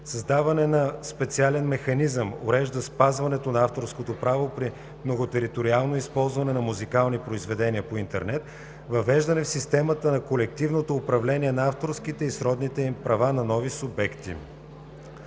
създаване на специален механизъм, уреждащ спазването на авторското право при многотериториално използване на музикални произведения по интернет; въвеждане в системата на колективното управление на авторските и сродните им права на нови субекти.